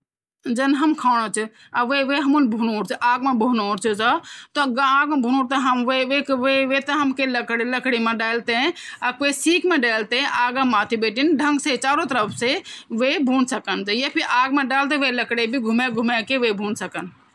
कुत्ता बारा माँ यो गलता फमि ची की वेकी जो लार निकली वे माँ बहुत सारी बीमारी वेणी तह अगर वे लार हमपर लेगी तह हम बीमार वे जला वेकी जो खासी ची वे खासी हमपर लेगी तह वे से हम बीमार वे सकन तोह कुत्ता बारा माँ बहुत गलतफैमी ची की हुमते काटे तोह बीमारी वे जांदी